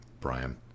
Brian